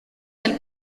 del